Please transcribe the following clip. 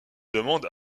demande